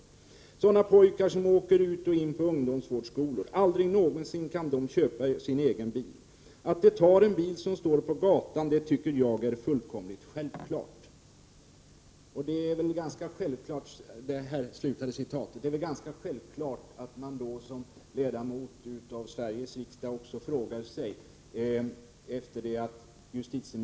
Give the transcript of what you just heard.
Sådana pojkar som åker ut och in i ungdomsvårdsskolor; aldrig någonsin kan de köpa sin egen bil. Att de tar en bil som står på gatan, det tycker jag är fullkomligt självklart.” Som justitieminister 20 år senare har Laila Freivalds till allmän häpnad sagt att hon har samma inställning i dag men skulle i dag ”uttrycka det mycket bättre”.